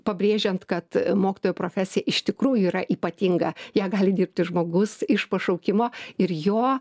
pabrėžiant kad mokytojo profesija iš tikrųjų yra ypatinga ją gali dirbti žmogus iš pašaukimo ir jo